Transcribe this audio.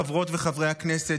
חברות וחברי הכנסת,